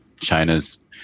China's